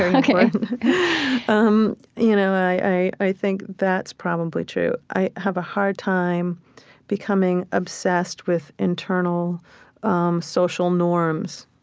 and ok um you know, i i think that's probably true. i have a hard time becoming obsessed with internal um social norms,